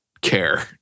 care